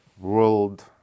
world